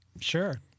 Sure